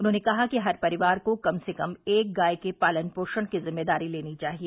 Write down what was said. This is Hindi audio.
उन्होंने कहा कि हर परिवार को कम से कम एक एक गाय के पालन पोषण की जिम्मेदारी लेनी चाहिए